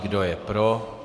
Kdo je pro.